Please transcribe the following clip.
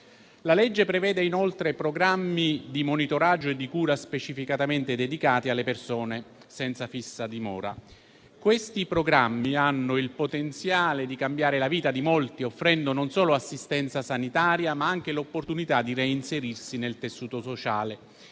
La legge prevede inoltre programmi di monitoraggio e di cura specificatamente dedicati alle persone senza fissa dimora. Questi programmi hanno il potenziale di cambiare la vita di molti, offrendo non solo assistenza sanitaria, ma anche l'opportunità di reinserirsi nel tessuto sociale